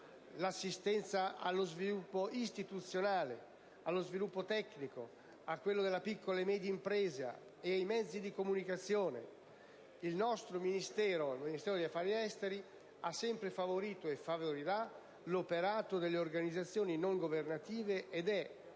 l'assistenza allo sviluppo istituzionale, allo sviluppo tecnico, a quello della piccola e media impresa e dei mezzi di comunicazione. Il Ministero degli affari esteri ha sempre favorito e favorirà l'operato delle organizzazioni non governative ed è